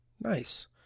Nice